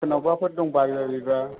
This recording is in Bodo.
सोरनावबाफोर दंबाय बायोब्ला